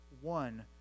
one